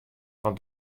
want